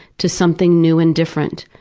to something new and different.